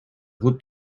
хут